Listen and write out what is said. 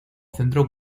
centro